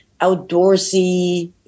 outdoorsy